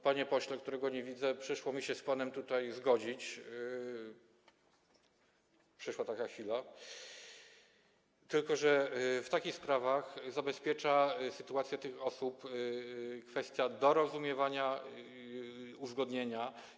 Panie pośle, którego nie widzę, przyszło mi się z panem tutaj zgodzić, przyszła taka chwila, tylko że w takich sprawach zabezpiecza sytuację tych osób dorozumienie uzgodnienia.